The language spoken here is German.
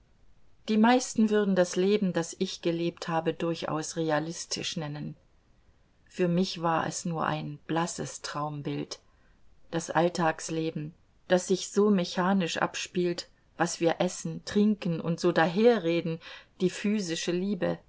die meisten würden das leben das ich gelebt habe durchaus realistisch nennen für mich war es nur ein blasses traumbild das alltagsleben das sich so mechanisch abspielt was wir essen trinken und so daherreden die physische liebe